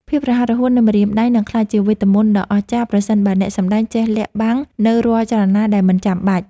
ភាពរហ័សរហួននៃម្រាមដៃនឹងក្លាយជាវេទមន្តដ៏អស្ចារ្យប្រសិនបើអ្នកសម្តែងចេះលាក់បាំងនូវរាល់ចលនាដែលមិនចាំបាច់។